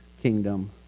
kingdom